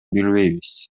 билбейбиз